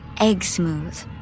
egg-smooth